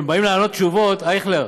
הם באים לענות תשובות, אייכלר,